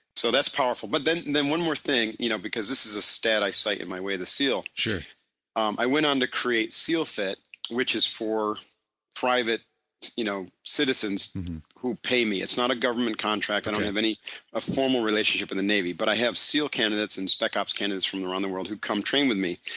so, that's powerful but then and then one more thing you know because this is a stat i saw on my way to the seal sure um i went on to create sealfit which is for private you know citizens who pay me. it's not a government contract. i don't have any ah formal relationship in the navy but i have seal candidates and spec-ops candidates from around the world who come train with me.